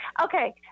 Okay